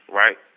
right